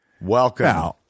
welcome